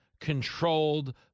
controlled